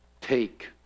take